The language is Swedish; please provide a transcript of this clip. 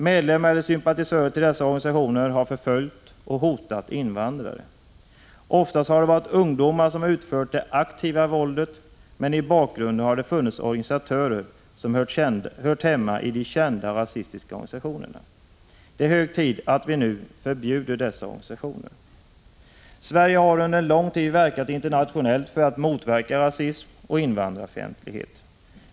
Medlemmar i eller sympatisörer till dessa organisationer har förföljt och hotat invandrare. Oftast har det varit ungdomar som har utfört det aktiva våldet, men i bakgrunden har det funnits organisatörer som har hört hemma i de kända rasistiska organisationerna. Det är hög tid att vi nu förbjuder dessa organisationer. Sverige har under lång tid verkat internationellt för att motverka rasism och invandrarfientlighet.